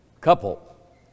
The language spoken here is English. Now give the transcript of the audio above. couple